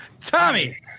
Tommy